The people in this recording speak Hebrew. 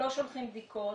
לא שולחים בדיקות.